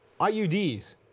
IUDs